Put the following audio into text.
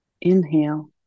Inhale